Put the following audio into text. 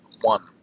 one